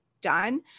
done